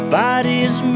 bodies